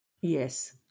Yes